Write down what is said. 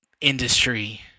industry